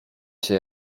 się